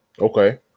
Okay